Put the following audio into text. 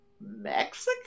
Mexico